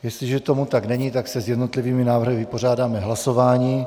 Jestliže tomu tak není, tak se s jednotlivými návrhy vypořádáme hlasováním.